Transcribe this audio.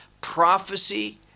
Prophecy